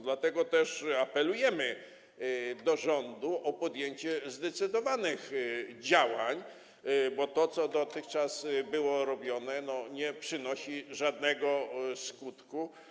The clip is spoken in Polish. Dlatego też apelujemy do rządu o podjęcie zdecydowanych działań, bo to, co dotychczas było robione, nie przynosi żadnego skutku.